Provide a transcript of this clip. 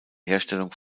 herstellung